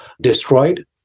destroyed